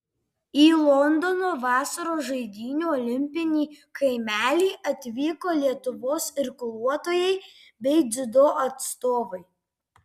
į londono vasaros žaidynių olimpinį kaimelį atvyko lietuvos irkluotojai bei dziudo atstovai